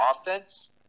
offense